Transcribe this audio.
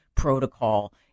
Protocol